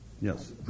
Yes